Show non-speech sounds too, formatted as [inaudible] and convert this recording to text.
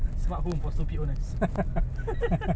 smartphone for stupid owners [laughs]